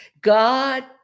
god